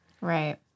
Right